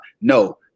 No